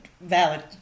Valid